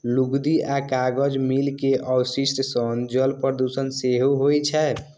लुगदी आ कागज मिल के अवशिष्ट सं जल प्रदूषण सेहो होइ छै